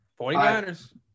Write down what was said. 49ers